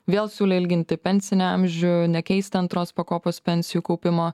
vėl siūlė ilginti pensinį amžių nekeisti antros pakopos pensijų kaupimo